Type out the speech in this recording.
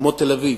כמו תל-אביב,